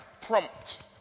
prompt